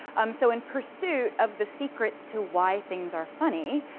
um so in pursuit of the secrets to why things are funny,